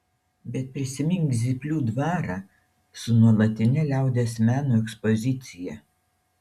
bet prisimink zyplių dvarą su nuolatine liaudies meno ekspozicija